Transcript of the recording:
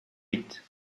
huit